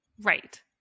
Right